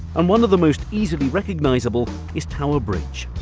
and one of the most easily recognizable is tower bridge,